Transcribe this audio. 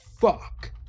fuck